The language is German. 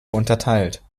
unterteilt